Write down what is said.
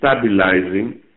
stabilizing